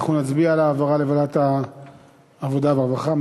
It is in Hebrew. אנחנו נצביע על העברה לוועדת העבודה והרווחה.